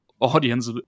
audience